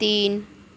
तीन